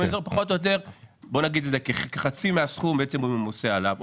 פחות או יותר כחצי מהסכום בעצם הוא ממוסה עליו.